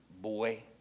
boy